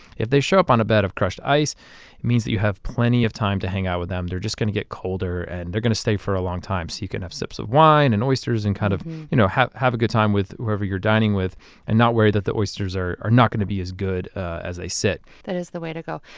if they show up on a bed of crushed ice, it means that you have plenty of time to hang out with them. they're just going to get colder and they're going to stay for a long time. so you can have sips of wine and oysters and kind of you know have a good time with the people you're dining with and not worry that the oysters are are not going to be as good as they sit that is the way to go.